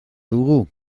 dugu